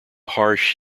harsh